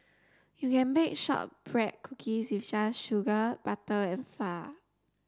you can bake shortbread cookies just sugar butter and far